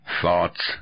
thoughts